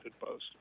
Post